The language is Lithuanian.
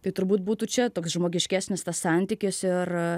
tai turbūt būtų čia toks žmogiškesnis tas santykis ir